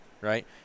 right